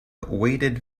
weighted